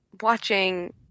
watching